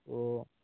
ও